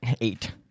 Eight